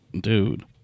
dude